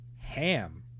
ham